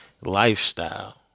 lifestyle